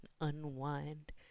Unwind